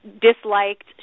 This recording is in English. disliked